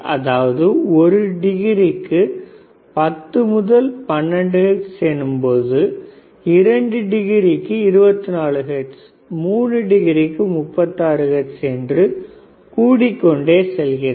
அதாவது ஒரு டிகிரிக்கு 10 முதல் 12 ஹெர்ட்ஸ் எனும்பொழுது இரண்டு டிகிரிக்கு 24 ஹெர்ட்ஸ் 3 டிகிரிக்கு 36 ஹெர்ட்ஸ் என்று கூடிக் கொண்டே செல்கிறது